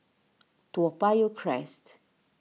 Toa Payoh Crest